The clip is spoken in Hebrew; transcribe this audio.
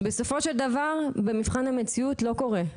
בסופו של דבר, במבחן המציאו לא קורה.